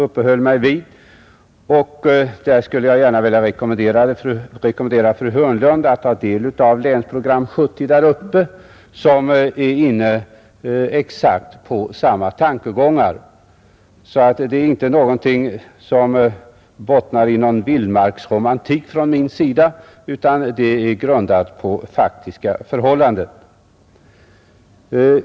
Beträffande dem skulle jag gärna vilja rekommendera fru Hörnlund att ta del av Länsprogram 1970 för Nottbotten, som är inne på exakt samma tankegångar som jag — detta är alltså inte någonting som bottnar i någon vildmarksromantik från min sida, utan det är grundat på faktiska förhållanden.